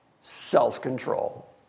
self-control